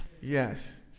Yes